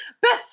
best